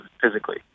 physically